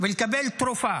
ולקבל תרופה.